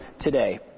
today